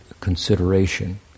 consideration